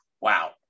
wow